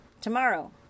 tomorrow